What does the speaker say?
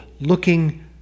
looking